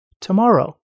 tomorrow